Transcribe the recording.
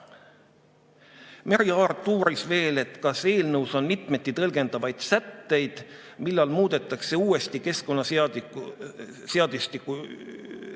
Merry Aart uuris veel, kas eelnõus on mitmeti tõlgendatavaid sätteid ja millal muudetakse uuesti keskkonnaseadustiku üldosa